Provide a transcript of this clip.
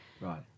Right